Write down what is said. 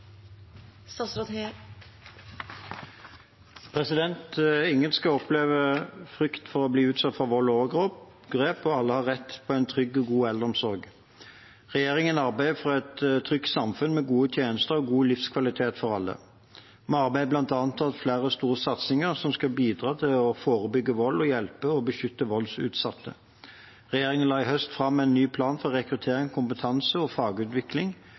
Ingen skal oppleve frykt for å bli utsatt for vold og overgrep, og alle har rett på en trygg og god eldreomsorg. Regjeringen arbeider for et trygt samfunn med gode tjenester og god livskvalitet for alle. Vi arbeider bl.a. med flere store satsinger som skal bidra til å forebygge vold og hjelpe og beskytte voldsutsatte. Regjeringen la i høst fram en ny plan for rekruttering, kompetanse og fagutvikling,